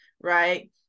Right